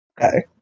Okay